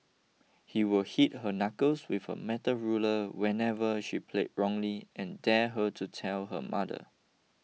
he would hit her knuckles with a metal ruler whenever she played wrongly and dare her to tell her mother